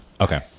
Okay